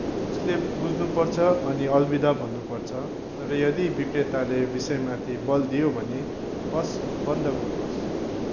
उसले बुझ्नुपर्छ अनि अलविदा भन्नु पर्छ तर यदि विक्रेताले विषयमाथि बल दियो भने बस बन्द गर्नुहोस्